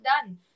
done